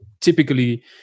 typically